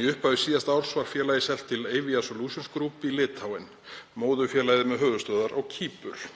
Í upphafi síðasta árs var félagið selt til Avia Solutions Group í Litháen en móðurfélagið er með höfuðstöðvar á Kýpur.